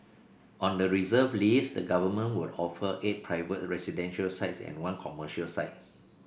on the reserve list the government will offer eight private residential sites and one commercial site